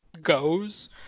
goes